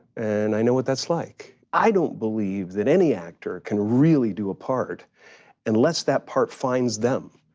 and i know what that's like. i don't believe that any actor can really do a part unless that part finds them.